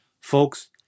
Folks